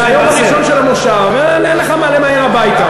זה היום הראשון של המושב, אין לך מה למהר הביתה.